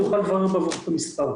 אני אוכל לברר את המספר.